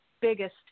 biggest